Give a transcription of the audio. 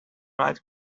right